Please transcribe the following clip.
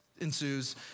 ensues